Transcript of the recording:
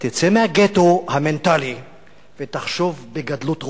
תצא מהגטו המנטלי ותחשוב בגדלות רוח.